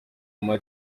ama